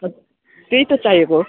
त्यही त चाहिएको हो